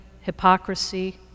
hypocrisy